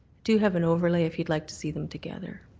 do have an overlay if you'd like to see them together.